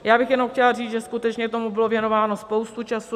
Já bych jenom chtěla říct, že skutečně tomu byla věnována spousta času.